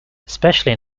especially